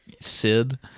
Sid